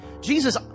Jesus